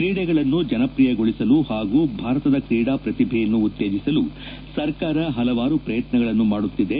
ಕ್ರೀಡೆಗಳನ್ನು ಜನಪ್ರಿಯಗೊಳಿಸಲು ಹಾಗೂ ಭಾರತದ ಕ್ರೀಡಾ ಪ್ರತಿಭೆಯನ್ನು ಉತ್ತೇಜಿಸಲು ಸರ್ಕಾರ ಹಲವಾರು ಪ್ರಯತ್ನಗಳನ್ನು ಮಾಡುತ್ತಿದೆ